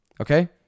Okay